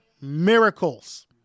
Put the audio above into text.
miracles